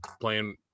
playing